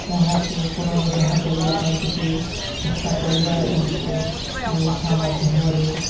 ଏହାକୁ ପୁନରୁଦ୍ଧାର କରିବା ପାଇଁ ଟିକେ ଚେଷ୍ଟା କରିବା ଏହାକୁ ଲେଖା ମାଧ୍ୟମରେ